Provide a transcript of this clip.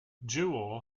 jewell